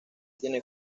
tiene